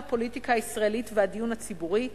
הפוליטיקה הישראלית והדיון הציבורי,